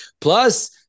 Plus